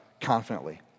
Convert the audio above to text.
confidently